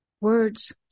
words